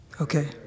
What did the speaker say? Okay